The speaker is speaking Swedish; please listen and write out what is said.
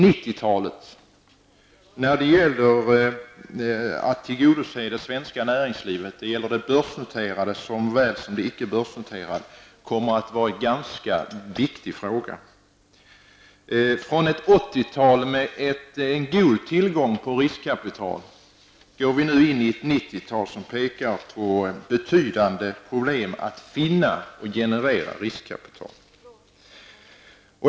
Att tillgodose det svenska näringslivet -- det gäller det börsnoterade såväl som det icke börsnoterade -- kommer att vara en ganska viktig fråga under 1990-talet. Från ett 1980-tal med god tillgång på riskkapital går vi nu in i ett 1990-tal som pekar på betydande problem att finna och generera riskkapital.